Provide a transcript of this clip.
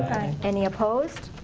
any opposed?